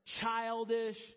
childish